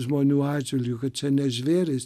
žmonių atžvilgiu kad čia ne žvėrys